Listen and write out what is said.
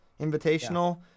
Invitational